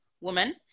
woman